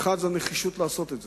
האחד הוא הנחישות לעשות את זה.